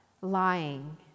lying